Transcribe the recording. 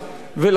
ולכן,